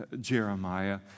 Jeremiah